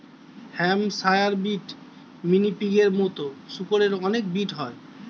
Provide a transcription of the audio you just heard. Hampshire breed, mini পিগের মতো শুকরের অনেক ব্রিড হয়